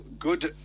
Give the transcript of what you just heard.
good